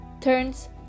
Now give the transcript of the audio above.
turns